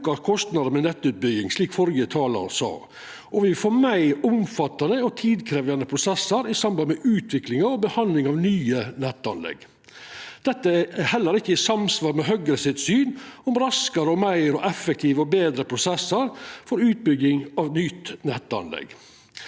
vil auka kostnadene ved nettutbygging, slik den førre talaren sa, og me får meir omfattande og tidkrevjande prosessar i samband med utvikling og behandling av nye nettanlegg. Dette er heller ikkje i samsvar med Høgre sitt ønske om raskare, meir effektive og betre prosessar for utbygging av nye nettanlegg.